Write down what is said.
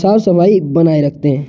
साफ सफाई बनाए रखते हैं